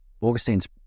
Augustine's